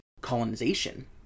colonization